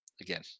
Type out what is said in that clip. Again